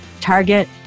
Target